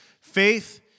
faith